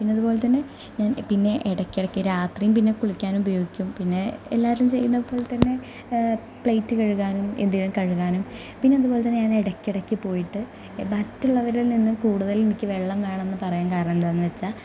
പിന്നെ അതുപോലെതന്നെ ഞാൻ പിന്നെ ഇടക്കിടക്ക് രാത്രിയും പിന്നെ കുളിക്കാൻ ഉപയോഗിക്കും പിന്നെ എല്ലാവരും ചെയുന്നതു പോലെ തന്നെ പ്ലേറ്റു കഴുകാനും എന്തെങ്കിലും കഴുകാനും പിന്നെ അതുപോലെ തന്നെ ഞാൻ ഇടകിടക്ക് പോയിട്ട് മറ്റുള്ളവരിൽ നിന്ന് കൂടുതൽ എനിക്ക് വെള്ളം വേണമെന്നു പറയാൻ കാരണം എന്താണെന്നു വെച്ചാൽ